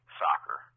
soccer